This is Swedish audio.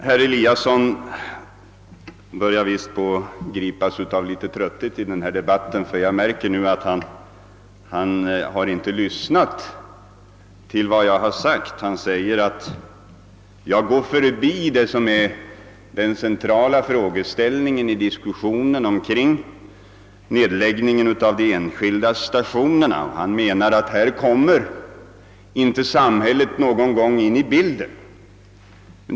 Herr Eliasson i Sundborn börjar visst gripas av trötthet — han har tydligen inte lyssnat till vad jag bar sagt. Han sade att jag gick förbi den centrala frågeställningen i diskussionen om nedläggningarna av de enskilda stationerna. Han menade att när det gäller dessa nedläggningar så kommer samhället aldrig in i bilden.